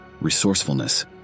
resourcefulness